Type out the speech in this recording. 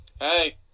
hey